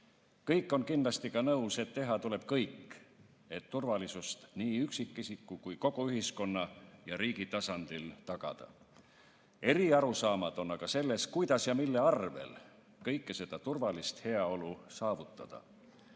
Kõik on kindlasti nõus, et teha tuleb kõik, et turvalisust nii üksikisiku kui ka kogu ühiskonna ja riigi tasandil tagada. Eri arusaamad on aga selles, kuidas ja mille arvel seda turvalist heaolu saavutada. Kui